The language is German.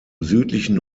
südlichen